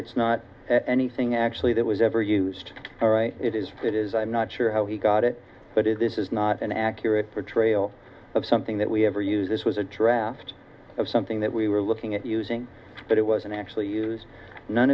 it's not anything actually that was ever used all right it is it is i'm not sure how he got it but it is not an accurate portrayal of something that we have or use this was a draft of something that we were looking at using but it wasn't actually used none